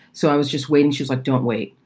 so i was just waiting. she's like, don't wait.